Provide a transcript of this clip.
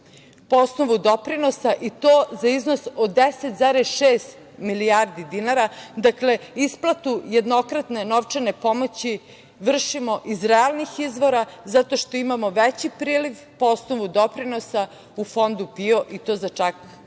osnovu doprinosa i to za iznos od 10,6 milijardi dinara. Dakle, isplatu jednokratne novčane pomoći vršimo iz realnih izvora, zato što imamo veći priliv po osnovu doprinosa u Fondu PIO i to za čak,